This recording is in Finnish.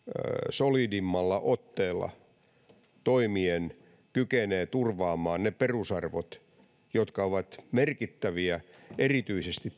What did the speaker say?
solidimmalla otteella toimien kykenee turvaamaan ne perusarvot jotka ovat merkittäviä tietysti erityisesti